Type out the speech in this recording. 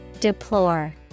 Deplore